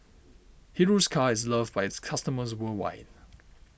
Hiruscar is loved by its customers worldwide